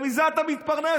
מזה אתה מתפרנס.